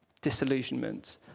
Disillusionment